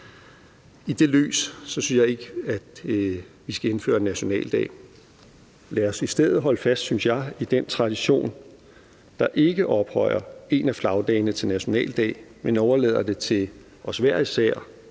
I det lys synes jeg ikke at vi skal indføre en nationaldag. Lad os i stedet holde fast, synes jeg, i den tradition, der ikke ophøjer én af flagdagene til nationaldag, men overlader det til os hver især